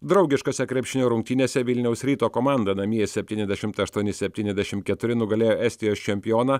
draugiškose krepšinio rungtynėse vilniaus ryto komanda namie septyniasdešimt aštuoni septyniasdešimt keturi nugalėjo estijos čempioną